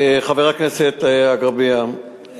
חבר הכנסת אגבאריה,